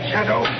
Shadow